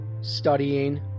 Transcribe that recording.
Studying